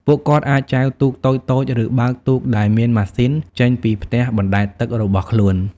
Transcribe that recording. ពួកគាត់អាចចែវទូកតូចៗ ឬបើកទូកដែលមានម៉ាស៊ីន ចេញពីផ្ទះបណ្តែតទឹករបស់ខ្លួន។